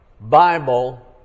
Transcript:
Bible